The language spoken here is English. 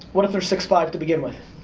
what if they're six five to begin with?